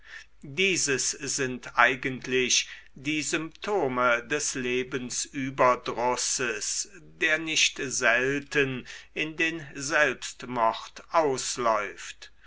dieses sind eigentlich die symptome des lebensüberdrusses der nicht selten in den selbstmord ausläuft